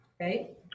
Okay